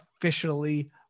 officially